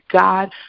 God